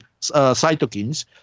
cytokines